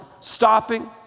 stopping